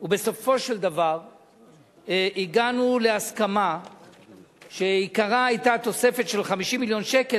ובסופו של דבר הגענו להסכמה שעיקרה היה תוספת של 50 מיליון שקל,